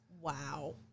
Wow